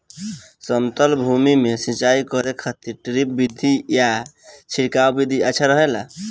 समतल भूमि में सिंचाई करे खातिर ड्रिप विधि या छिड़काव विधि अच्छा रहेला?